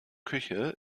küche